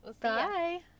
bye